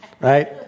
Right